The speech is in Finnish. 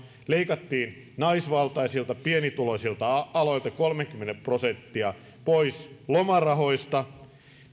leikattiin naisvaltaisilta pienituloisilta aloilta kolmekymmentä prosenttia pois lomarahoista